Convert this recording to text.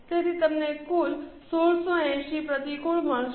તેથી તમને 1680 પ્રતિકૂળ મળશે